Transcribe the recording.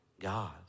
God